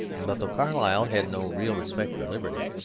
but though carlyle had no real respect for liberty,